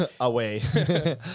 Away